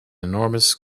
enormous